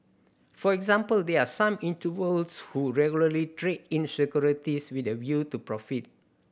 for example there are some individuals who regularly trade in securities with a view to profit